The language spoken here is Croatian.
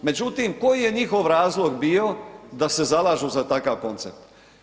Međutim, koji je njihov razlog bio da se zalažu za takav koncept?